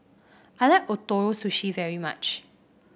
I like Ootoro Sushi very much